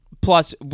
plus